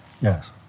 Yes